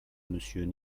monsieur